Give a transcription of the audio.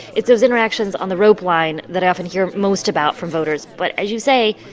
it's those interactions on the rope line that i often hear most about from voters. but as you say,